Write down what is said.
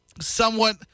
somewhat